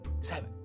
seven